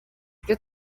ibyo